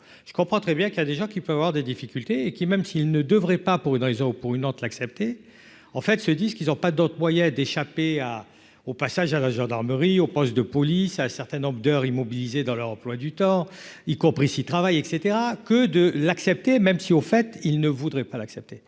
je comprends très bien qu'il y a des gens qui peuvent avoir des difficultés et qui, même s'il ne devrait pas pour une raison ou pour une autre l'accepter en fait se disent qu'ils ont pas d'autre moyen d'échapper à au passage à la gendarmerie au poste de police à un certain nombre d'heures immobilisé dans leur emploi du temps, y compris s'il travaille et etc, que de l'accepter même si au fait il ne voudrait pas l'accepter,